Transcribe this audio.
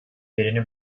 yerini